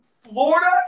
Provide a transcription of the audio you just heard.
Florida